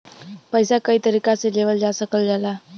पइसा कई तरीका से लेवल जा सकल जाला